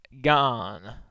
gone